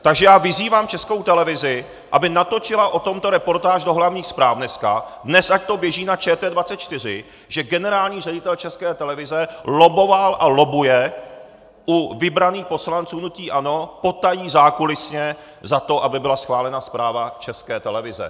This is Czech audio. Takže já vyzývám Českou televizi, aby natočila o tomto reportáž do hlavních zpráv dneska, dnes ať to běží na ČT 24, že generální ředitel České televize lobboval a lobbuje u vybraných poslanců hnutí ANO potají, zákulisně za to, aby byla schválena zpráva České televize.